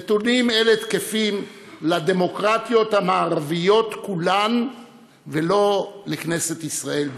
נתונים אלה תקפים לדמוקרטיות המערביות כולן ולא לכנסת ישראל בלבד,